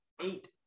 Eight